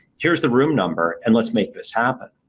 here's the room number and let's make this happen.